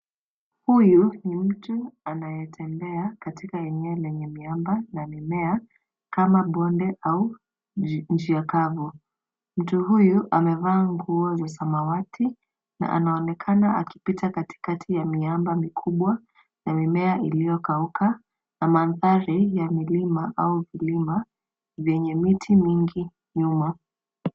Huyu ni mtu anayetembea katika eneo lenye miamba na mimea kama bonde na njia kavu. Mtu huyu amevaa nguo za samawati na anaonekana akipita katikati ya miamba mikubwa na mimea iliyokauka na mandhari ya milima au vilima vyenye miti mingi nyuma.